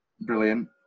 brilliant